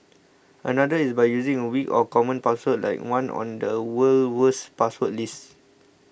another is by using a weak or common password like one on the world's worst password list